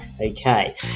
Okay